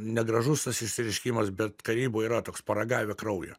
negražus tas išsireiškimas bet karyboj yra toks paragavę kraujo